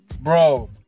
Bro